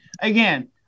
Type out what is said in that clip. Again